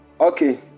Okay